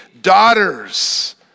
daughters